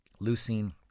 Leucine